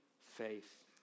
faith